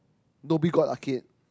Dhoby-Ghaut arcade